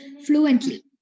fluently